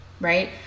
Right